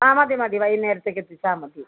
ആ മതി മതി വൈകുന്നേരത്തേക്ക് എത്തിച്ചാൽ മതി